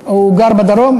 הוא גר בדרום,